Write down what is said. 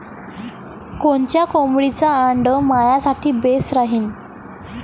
कोनच्या कोंबडीचं आंडे मायासाठी बेस राहीन?